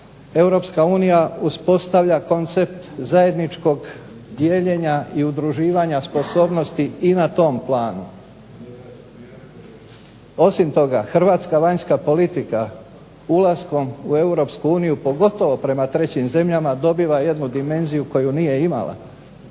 Europska unija uspostavlja koncept zajedničkog dijeljenja i udruživanja sposobnosti i na tom planu. osim toga Hrvatska vanjska politika ulaskom u Europsku uniju posebno prema trećim zemljama dobiva jednu dimenziju koju nije imala,